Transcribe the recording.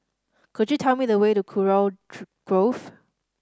could you tell me the way to Kurau Grove